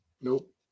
nope